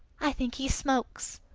i think he smokes.